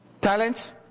talent